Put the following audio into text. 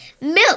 milk